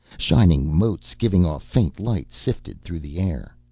shining motes, giving off faint light, sifted through the air.